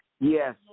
Yes